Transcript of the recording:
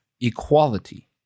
equality